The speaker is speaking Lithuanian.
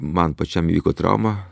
man pačiam įvyko trauma